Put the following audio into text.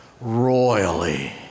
royally